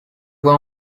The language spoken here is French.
voit